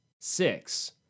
six